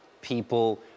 people